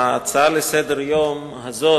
ההצעה לסדר-היום הזאת,